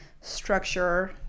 structure